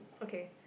okay